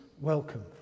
welcome